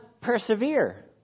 persevere